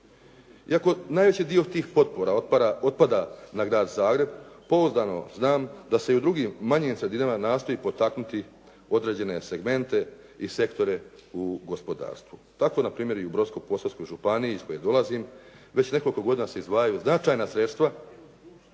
Iako najveći dio tih potpora otpada na grad Zagreb pouzdano znam da se i u drugim manjim sredinama nastoji potaknuti određene segmente i sektore u gospodarstvu. Tako na primjer i u Brodsko-posavskoj županiji iz koje dolazim već nekoliko godina se izdvajaju značajna sredstva